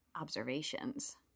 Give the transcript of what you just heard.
observations